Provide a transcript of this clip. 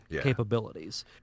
capabilities